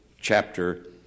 chapter